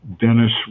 Dennis